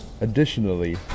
Additionally